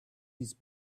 his